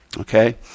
Okay